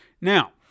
Now